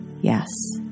yes